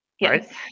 Yes